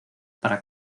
para